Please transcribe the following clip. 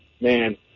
man